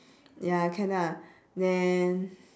ya can lah then